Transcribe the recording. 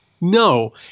No